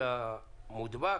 עבור ביטוח,